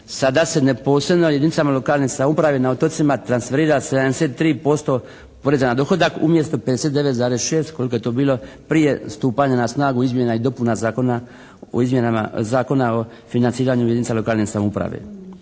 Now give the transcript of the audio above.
sada se neposredno jedinicama lokalne samouprave na otocima transferira 73% poreza na dohodak umjesto 59,6 koliko je to bilo prije stupanja na snagu izmjena i dopuna Zakona o izmjenama Zakona o financiranju jedinica lokalne samouprave.